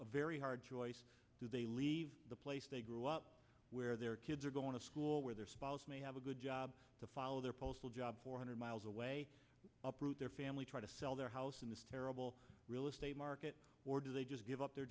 a very hard choice do they leave the place they grew up where their kids are going to school where their spouse may have a good job to follow their postal job four hundred miles away uproot their family try to sell their house in this terrible real estate market or do they just give up their